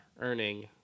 earning